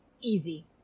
Easy